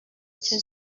icyo